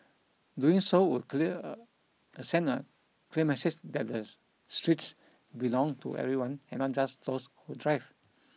doing so would clear send a clear message that the streets belong to everyone and not just those who drive